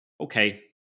Okay